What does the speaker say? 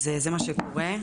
אז זה מה שקורה.